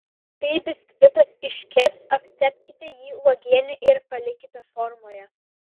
kai biskvitas iškeps aptepkite jį uogiene ir palikite formoje